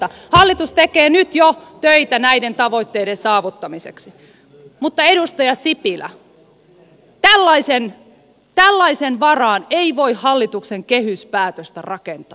hallitus tekee nyt jo töitä näiden tavoitteiden saavuttamiseksi mutta edustaja sipilä tällaisen varaan ei voi hallituksen kehyspäätöstä rakentaa